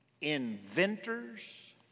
Inventors